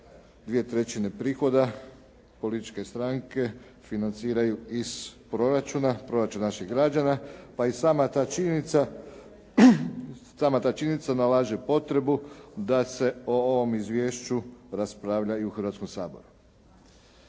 je da 2/3 prihoda političke stranke financiraju iz proračuna, proračuna naših građana, pa i sama ta činjenica nalaže potrebu da se o ovom izvješću raspravlja i u Hrvatskom saboru.